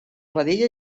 vedella